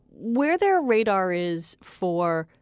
where their radar is for,